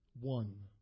one